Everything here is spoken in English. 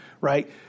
Right